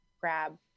grab